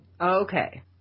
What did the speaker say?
Okay